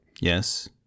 Yes